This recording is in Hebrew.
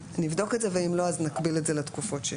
נבדוק את זה ואם לא, אז נקביל את זה לתקופות ששם.